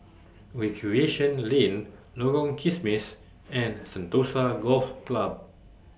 Recreation Lane Lorong Kismis and Sentosa Golf Club